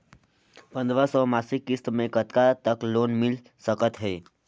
पंद्रह सौ मासिक किस्त मे कतका तक लोन मिल सकत हे?